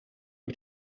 mit